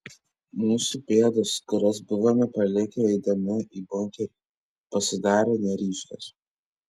mūsų pėdos kurias buvome palikę eidami į bunkerį pasidarė neryškios